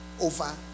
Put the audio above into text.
over